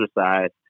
exercise